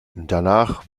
danach